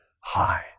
high